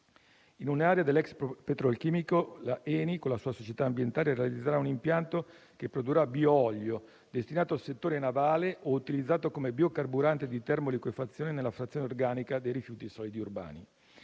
In un'area dell'ex petrolchimico, l'ENI, con la sua società ambientale, realizzerà un impianto che produrrà bioolio, destinato al settore navale o utilizzato come biocarburante di termoliquefazione nella frazione organica dei rifiuti solidi urbani.